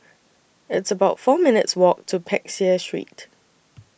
It's about four minutes' Walk to Peck Seah Street